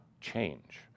change